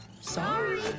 Sorry